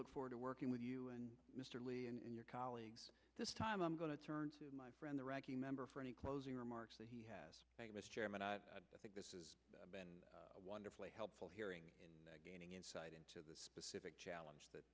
look forward to working with you and mr lee and your colleagues this time i'm going to turn to my friend the ranking member for any closing remarks that he has mr chairman i think this is wonderfully helpful hearing and gaining insight into the specific challenge that